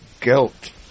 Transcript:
guilt